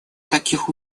таких